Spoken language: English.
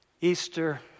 Easter